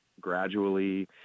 gradually